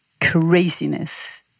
craziness